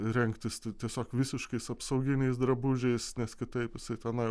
rengtis tiesiog visiškais apsauginiais drabužiais nes kitaip jisai tenai